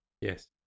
Yes